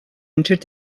entered